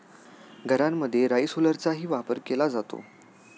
घरांमध्ये राईस हुलरचाही वापर केला जातो